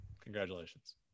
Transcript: Congratulations